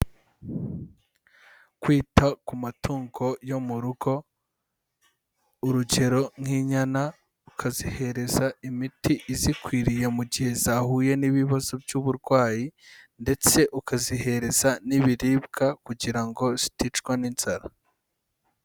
Kwita ku matungo yo mu rugo, urugero nk'inyana ukazihereza imiti izikwiriye mu gihe zahuye n'ibibazo by'uburwayi ndetse ukazihereza n'ibiribwa kugira ngo ziticwa n'inzara.